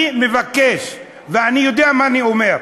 אני מבקש, ואני יודע מה אני אומר,